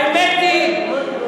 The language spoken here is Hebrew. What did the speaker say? אתה יודע שהחוק הזה יתקן ולא יקלקל.